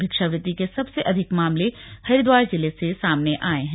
भिक्षावृत्ति के सबसे अधिक मामले हरिद्वार जिले से सामने आए हैं